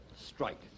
strike